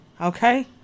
Okay